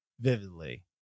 vividly